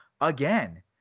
again